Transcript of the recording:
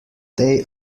they